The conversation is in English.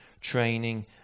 training